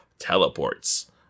teleports